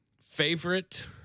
Favorite